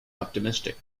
optimistic